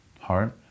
heart